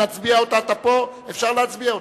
אני מבקש לדבר.